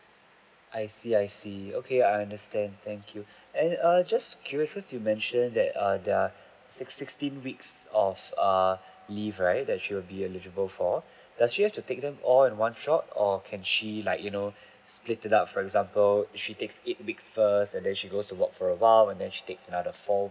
I see I see okay I understand thank you and uh just curious cos' you mention there are sixteen weeks of err leave right that she will be eligible for does she have to take them all in one shot or can she like you know split it up for example she takes eight weeks first and then she goes to work for awhile and then she takes another four